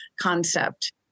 concept